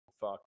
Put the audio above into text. fuck